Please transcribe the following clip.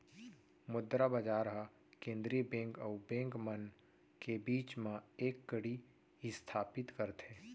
मुद्रा बजार ह केंद्रीय बेंक अउ बेंक मन के बीच म एक कड़ी इस्थापित करथे